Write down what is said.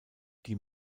die